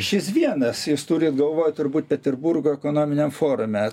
šis vienas jūs turit galvoj turbūt peterburgo ekonominiam forume